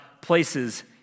places